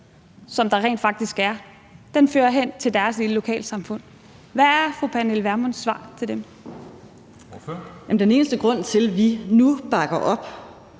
som der rent faktisk er, fører hen til deres lille lokalsamfund. Hvad er fru Pernille Vermunds svar til dem? Kl. 13:43 Formanden (Henrik Dam